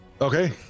okay